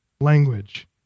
language